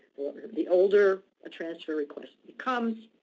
the older a transfer request becomes,